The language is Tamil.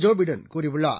ஜோபிடன் கூறியுள்ளார்